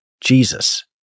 Jesus